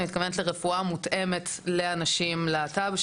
אני מתכוונת לרפואה מותאמת לאנשים מקהילת הלהט״ב,